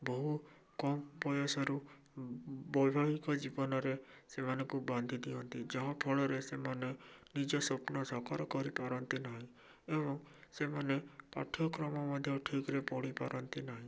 ବହୁ କମ୍ ବୟସରୁ ବୈବାହିକ ଜୀବନରେ ସେମାନଙ୍କୁ ବାନ୍ଧି ଦିଅନ୍ତି ଯାହାଫଳରେ ସେମାନେ ନିଜ ସ୍ୱପ୍ନ ସାକାର କରିପାରନ୍ତି ନାହିଁ ଏବଂ ସେମାନେ ପାଠ୍ୟକ୍ରମ ମଧ୍ୟ ଠିକରେ ପଢ଼ିପାରନ୍ତି ନାହିଁ